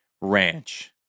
ranch